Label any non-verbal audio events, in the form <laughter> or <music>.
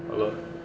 <noise>